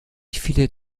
viele